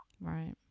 Right